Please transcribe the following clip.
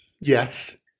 Yes